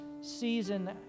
season